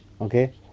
Okay